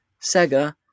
Sega